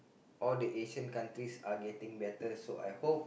all the Asian countries are getting better so I hope